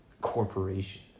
corporation